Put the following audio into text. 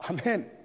Amen